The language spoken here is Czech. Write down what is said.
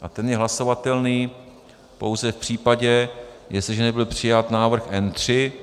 A ten je hlasovatelný pouze v případě, jestliže nebyl přijat návrh N3.